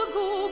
go